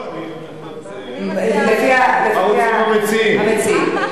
מה המציעים רוצים?